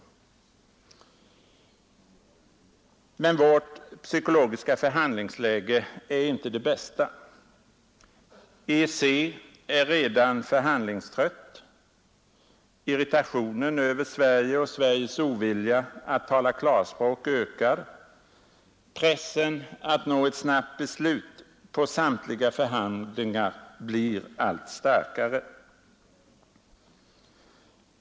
Men vårt psykologiska förhandlingsläge är inte det bästa. EEC är redan förhandlingstrött, irritationen över Sverige och Sveriges ovilja att tala klarspråk ökar, pressen att nå ett snabbt slut på samtliga förhandlingar blir allt starkare.